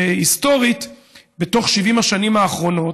שהיסטורית בתוך 70 השנים האחרונות,